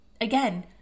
Again